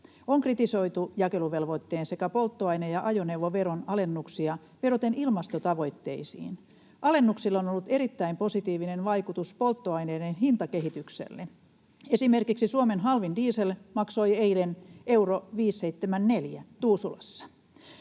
On kritisoitu jakeluvelvoitteen sekä polttoaine- ja ajoneuvoveron alennuksia vedoten ilmastotavoitteisiin. Alennuksilla on ollut erittäin positiivinen vaikutus polttoaineiden hintakehitykselle, esimerkiksi Suomen halvin diesel maksoi eilen 1,574 euroa Tuusulassa.